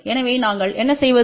எனவே நாங்கள் என்ன செய்வது